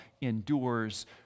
endures